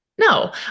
No